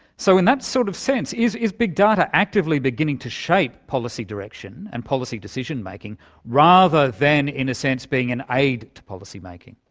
so in that sort of sense, is sense, is big data actively beginning to shape policy direction and policy decision-making rather than, in a sense, being an aid to policy-making?